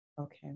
okay